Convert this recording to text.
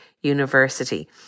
university